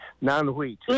non-wheat